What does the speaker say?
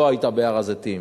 לא היתה בהר-הזיתים,